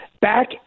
back